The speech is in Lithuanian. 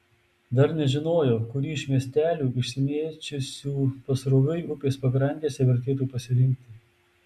dar nežinojo kurį iš miestelių išsimėčiusių pasroviui upės pakrantėse vertėtų pasirinkti